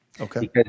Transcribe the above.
Okay